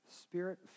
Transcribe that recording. Spirit